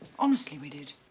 honestly we did.